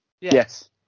Yes